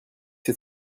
ses